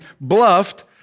bluffed